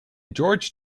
george